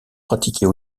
pratiquée